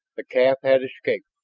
the calf had escaped.